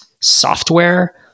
software